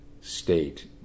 state